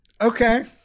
Okay